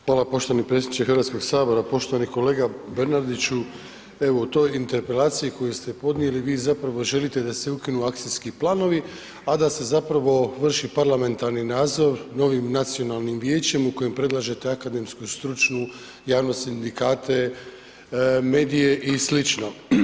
Hvala poštovani predsjedniče Hrvatskog sabora, poštovani kolega Bernardiću evo u toj interpelaciji koju ste podnijeli vi zapravo želite da se ukinu akcijski planovi, a da se zapravo vrši parlamentarni nadzor novim nacionalnim vijećem u kojem predlažete akademsku, stručnu javnost, sindikate, medije i slično.